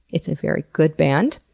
it's a very good band.